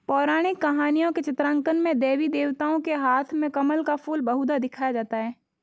पौराणिक कहानियों के चित्रांकन में देवी देवताओं के हाथ में कमल का फूल बहुधा दिखाया जाता है